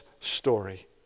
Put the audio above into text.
story